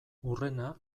hurrena